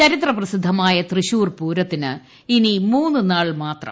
ചരിത്രപ്രസിദ്ധമായ തൃശൂർ പൂരത്തിന് ഇനി മൂന്നു നാൾ മാത്രം